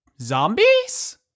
zombies